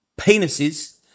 penises